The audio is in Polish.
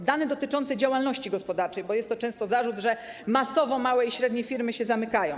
To dane dotyczące działalności gospodarczej, bo jest to często zarzut, że masowo małe i średnie firmy się zamykają.